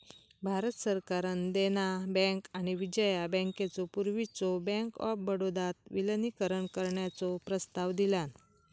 भारत सरकारान देना बँक आणि विजया बँकेचो पूर्वीच्यो बँक ऑफ बडोदात विलीनीकरण करण्याचो प्रस्ताव दिलान